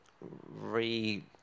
re